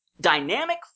Dynamic